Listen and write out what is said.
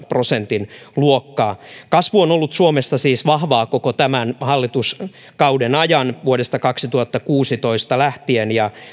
prosentin luokkaa kasvu on ollut suomessa siis vahvaa koko tämän hallituskauden ajan vuodesta kaksituhattakuusitoista lähtien